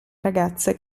ragazze